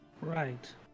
right